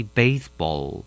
baseball